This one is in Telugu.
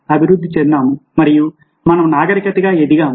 అభివృద్ధి చెందాము మరియు మనం నాగరికతగా ఎదిగాము